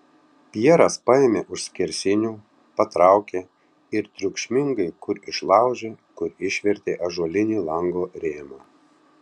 pjeras paėmė už skersinių patraukė ir triukšmingai kur išlaužė kur išvertė ąžuolinį lango rėmą